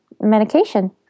medication